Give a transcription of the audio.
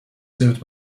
served